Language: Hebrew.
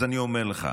אז אני אומר לך,